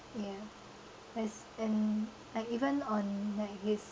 yeah as in like even on like his